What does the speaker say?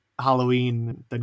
Halloween